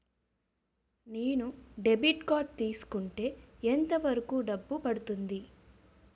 నేను debit card తీసుకుంటే ఎంత వరకు డబ్బు పడుతుంది?